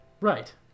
Right